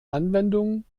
anwendung